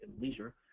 leisure